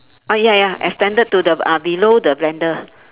uh ya ya extended to the uh below the blender